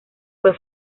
fue